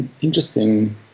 Interesting